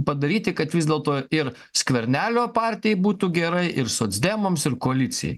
padaryti kad vis dėlto ir skvernelio partijai būtų gerai ir socdemams ir koalicijai